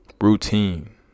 routine